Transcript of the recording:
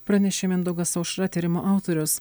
pranešė mindaugas aušra tyrimo autorius